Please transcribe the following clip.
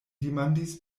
demandis